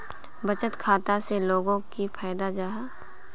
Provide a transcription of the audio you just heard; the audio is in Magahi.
बचत खाता से लोगोक की फायदा जाहा?